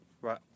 Right